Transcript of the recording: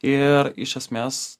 ir iš esmės